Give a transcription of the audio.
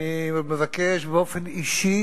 אתה רוצה לשבור שיא,